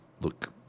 look